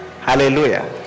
Hallelujah